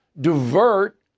divert